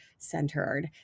centered